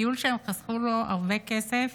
טיול שהם חסכו לקראתו הרבה כסף